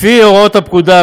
לפי הוראות הפקודה,